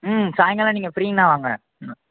ம் சாயங்காலம் நீங்கள் ஃப்ரீனால் வாங்க ம்